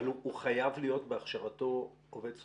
אבל בהכשרתו הוא חייב להיות עובד סוציאלי?